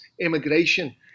immigration